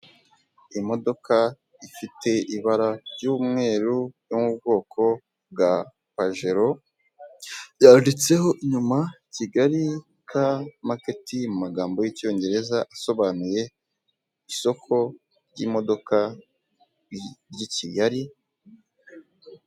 Imodoka ifite ibara ry'umweru yo mu bwoko bwa Pajeri, yanditseho inyuma Kigali Car Market mu magambo y'icyongereza bisobanuye isoko ry'imodoka ry'i Kigali..